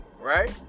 right